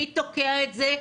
מי תוקע את זה,